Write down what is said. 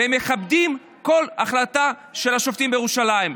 ומכבדים כל החלטה של השופטים בירושלים,